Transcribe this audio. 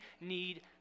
need